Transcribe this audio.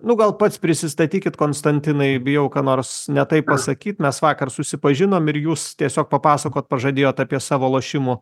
nu gal pats prisistatykit konstantinai bijau ką nors ne taip pasakyt mes vakar susipažinom ir jūs tiesiog papasakot pažadėjot apie savo lošimų